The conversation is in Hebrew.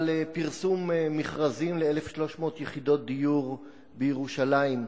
פרסום מכרזים ל-1,300 יחידות דיור בירושלים.